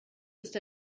ist